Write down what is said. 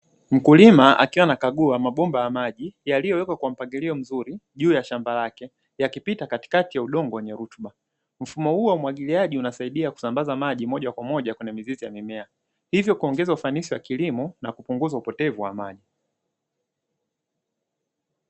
Mkulima akiwa anakagua mabomba ya maji yaliyowekwa kwa mpangilio mzuri juu ya shamba lake yakipita Katikati ya udongo wenye rutuba. Mfumo wa umwagiliaji unasaidia kusambaza maji moja kwa moja kwenye mizizi ya mimea. Hivyo kuongeza ufanisi wa kilimo na kupunguza upotevu wa Maji.